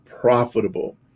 profitable